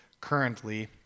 currently